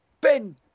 Ben